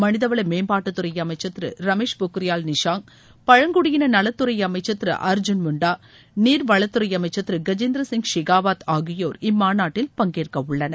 மனித வள மேம்பாட்டுத்துறை அமைச்சர் திரு ரமேஷ் பொக்ரியால் நிஷாங் பழங்குடியின நலத்துறை அமைச்சர் திரு அர்ஜுன் முண்டா நீர் வளத்துறை அமைச்சர் திரு கஜேந்திர சிங் ஷெகாவத் ஆகியோர் இம்மாநாட்டில் பங்கேற்கவுள்ளனர்